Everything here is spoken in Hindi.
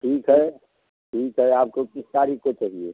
ठीक है ठीक है आपको किस तारीख को चाहिए